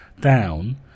down